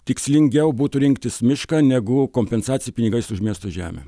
tikslingiau būtų rinktis mišką negu kompensaciją pinigais už miesto žemę